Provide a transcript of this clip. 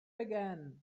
again